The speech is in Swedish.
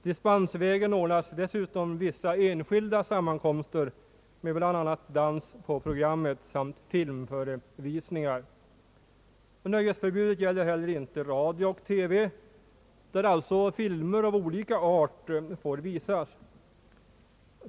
Dispensvägen ordnas dessutom vissa enskilda sammankomster med bl.a. dans på programmet samt filmförevisningar. Nöjesförbudet gäller heller inte helgdagar radio och TV, där alltså filmer av olika art får visas.